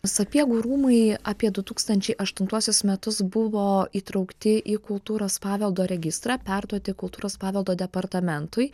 sapiegų rūmai apie du tūkstančiai aštuntuosius metus buvo įtraukti į kultūros paveldo registrą perduoti kultūros paveldo departamentui